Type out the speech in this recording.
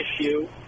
issue